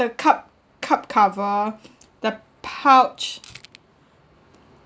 the cup cup cover the pouch